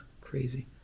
crazy